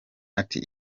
ati